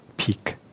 peak